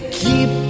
keep